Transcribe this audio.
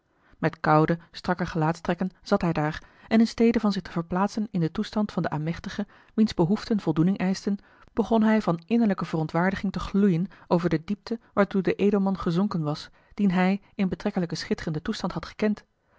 met koude strakke gelaatstrekken zat hij daar en in stede van zich te verplaatsen in den toestand van den aêmechtige wiens behoeften voldoening eischten begon hij van innerlijke verontwaardiging te gloeien over de diepte waartoe de edelman gezonken was dien hij in betrekkelijk schitterenden toestand had gekend